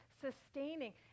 sustaining